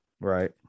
Right